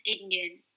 Indian